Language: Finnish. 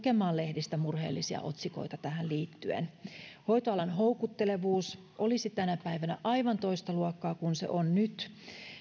lukemaan lehdistä murheellisia otsikoita tähän liittyen hoitoalan houkuttelevuus olisi tänä päivänä aivan toista luokkaa kuin se on nyt